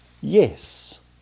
yes